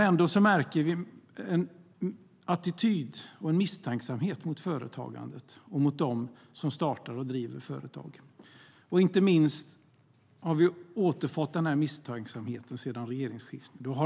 Ändå märker vi en attityd och en misstänksamhet mot företagandet och mot dem som startar och driver företag. Inte minst har vi återfått denna misstänksamhet efter regeringsskiftet.